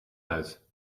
uit